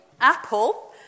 apple